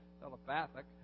telepathic